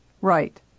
right